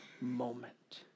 moment